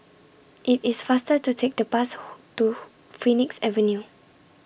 IT IS faster to Take The Bus to Phoenix Avenue